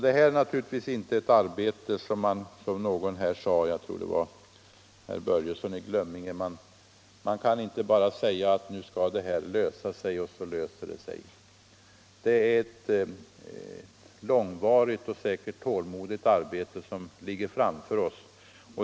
Det är naturligtvis alldeles riktigt som någon sade — jag tror det var herr Börjesson i Glömminge — att man inte bara kan säga att nu skall det här lösa sig, och så löser det sig. Det är ett långvarigt och säkerligen tålmodigt arbete som ligger framför oss.